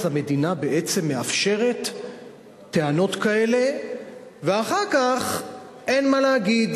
אז המדינה בעצם מאפשרת טענות כאלה ואחר כך אין מה להגיד.